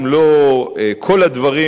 אם לא כל הדברים,